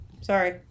sorry